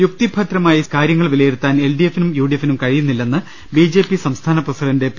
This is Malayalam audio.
യുക്തിഭദ്രമായി കാര്യങ്ങൾ വിലയിരുത്താൻ എൽഡിഎഫിനും യുഡിഎഫിനും കഴിയുന്നില്ലെന്ന് ബിജെപി സംസ്ഥാന പ്രസിഡണ്ട് പി